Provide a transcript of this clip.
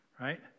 right